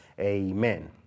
Amen